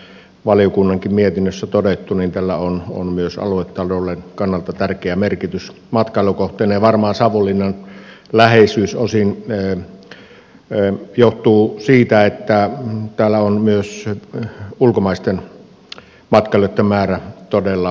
uskon niin kuin täällä on valiokunnan mietinnössäkin todettu että tällä on myös aluetalouden kannalta tärkeä merkitys matkailukohteena ja varmaan savonlinnan läheisyydestä osin johtuu se että siellä on myös ulkomaisten matkailijoitten määrä todella suuri